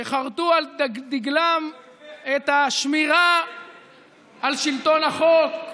שחרתו על דגלם את השמירה על שלטון החוק,